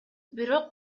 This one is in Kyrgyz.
бирок